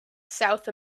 south